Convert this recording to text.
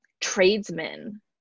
tradesmen